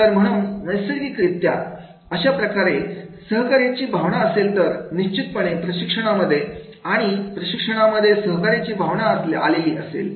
तर म्हणून नैसर्गिक रित्या अशाप्रकारे सहकार्याची भावना असेल तर निश्चितपणे प्रशिक्षणामध्ये आणि प्रशिक्षकांमध्ये सहकार्याची भावना आलेली असेल